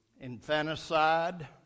infanticide